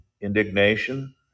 indignation